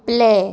play